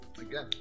Again